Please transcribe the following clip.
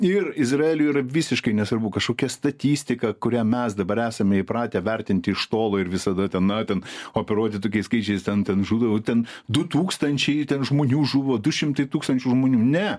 ir izraeliui yra visiškai nesvarbu kažkokia statistika kurią mes dabar esame įpratę vertinti iš tolo ir visada ten na ten operuoti tokiais skaičiais ten ten žudo o ten du tūkstančiai žmonių žuvo du šimtai tūkstančių žmonių ne